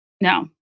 No